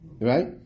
Right